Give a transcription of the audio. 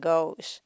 Goes